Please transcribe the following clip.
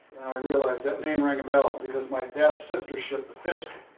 i realized that name rang, a bell because my dad's sister ship the fiske.